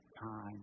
Time